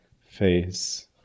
face